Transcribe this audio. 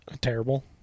Terrible